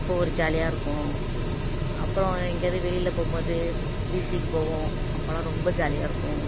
அப்போ ஒரு ஜாலியாக இருக்கும் அப்புறம் எங்கேயாவது வெளியில் போகும் போது பீச்சுக்கு போவோம் அப்போல்லாம் ரொம்ப ஜாலியாக இருக்கும்